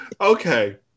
Okay